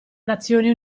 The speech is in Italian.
nazioni